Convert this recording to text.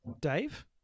Dave